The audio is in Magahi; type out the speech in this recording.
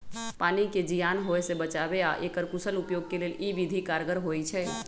पानी के जीयान होय से बचाबे आऽ एकर कुशल उपयोग के लेल इ विधि कारगर होइ छइ